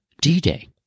D-Day